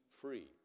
free